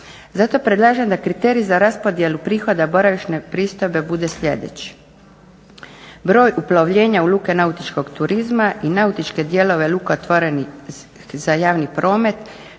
Zato predlažem da kriteriji za raspodjelu prihoda boravišne pristojbe bude sljedeći: broj uplovljenja u luke nautičkog turizma i nautičke dijelove luka otvorenih za javni promet